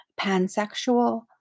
pansexual